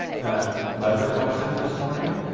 that letter i sent this morning?